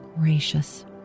gracious